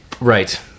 Right